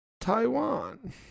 Taiwan